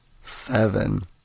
Seven